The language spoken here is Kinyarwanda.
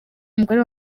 umugore